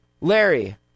Larry